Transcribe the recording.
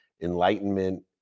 enlightenment